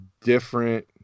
different